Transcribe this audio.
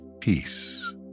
peace